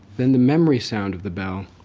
then the memory sound of the bell,